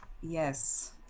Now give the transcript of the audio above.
yes